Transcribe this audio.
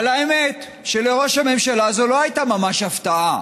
אבל האמת, לראש הממשלה זו לא הייתה ממש הפתעה,